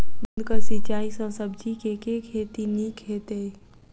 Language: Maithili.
बूंद कऽ सिंचाई सँ सब्जी केँ के खेती नीक हेतइ?